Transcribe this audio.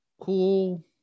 Cool